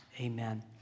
amen